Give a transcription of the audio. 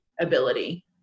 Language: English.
ability